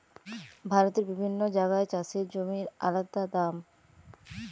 ভারতের বিভিন্ন জাগায় চাষের জমির আলদা দাম